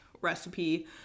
recipe